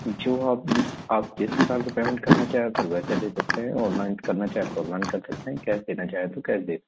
जो आप आप जिस तरह से पेमेन्ट करना चाहें सर वैसे दे सकते हैं ऑनलाइन करना चाहें तो ऑनलाइन कर सकते हैं कैस देना चाहें तो कैस दे सकते हैं